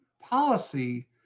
policy